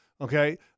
okay